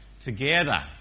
together